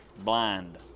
blind